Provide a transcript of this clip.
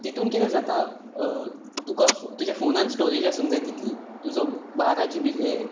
तातूंत कितें जाता तुका तुज्या फोनान स्टोरेज आसूंक जाय तितली तुजो बारा जिबी हें